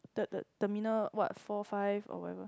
the the terminal what four five or whatever